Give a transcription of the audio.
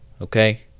okay